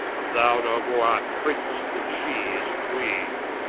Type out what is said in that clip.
and thou no more art prince, then shee is queene